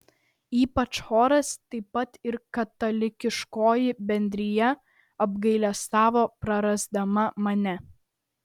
ypač choras taip pat ir katalikiškoji bendrija apgailestavo prarasdama mane